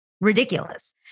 ridiculous